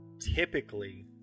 typically